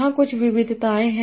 यहां कुछ विविधताएँ हैं